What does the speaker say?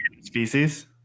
species